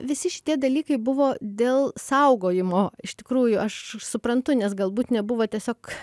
visi šitie dalykai buvo dėl saugojimo iš tikrųjų aš suprantu nes galbūt nebuvo tiesiog